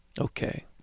okay